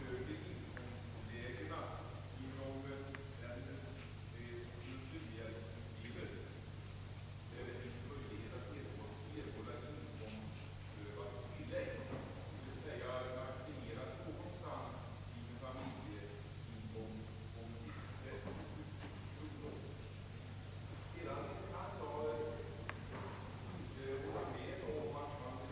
Herr talman!